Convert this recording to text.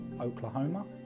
Oklahoma